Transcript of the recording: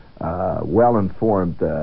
well-informed